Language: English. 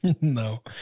No